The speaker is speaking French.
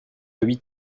huit